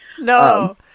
No